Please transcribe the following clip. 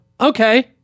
okay